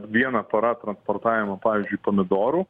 viena para transportavimo pavyzdžiui pomidorų